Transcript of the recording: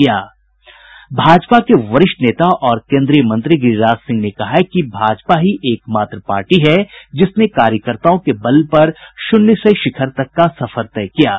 भाजपा के वरिष्ठ नेता और केन्द्रीय मंत्री गिरिराज सिंह ने कहा है कि भाजपा ही एक मात्र पार्टी है जिसने कार्यकर्ताओं के बल पर शून्य से शिखर तक का सफर तय किया है